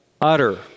utter